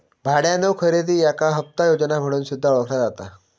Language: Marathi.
भाड्यानो खरेदी याका हप्ता योजना म्हणून सुद्धा ओळखला जाता